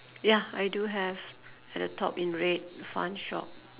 ya I do have at the top in red fun shop